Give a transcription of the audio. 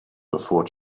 before